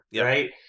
right